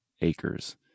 acres